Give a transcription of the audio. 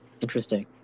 interesting